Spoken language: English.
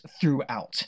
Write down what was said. throughout